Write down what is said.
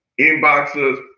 inboxes